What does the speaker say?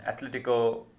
Atletico